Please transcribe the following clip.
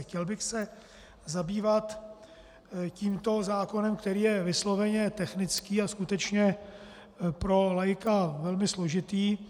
Chtěl bych se zabývat tímto zákonem, který je vysloveně technický a skutečně pro laika velmi složitý.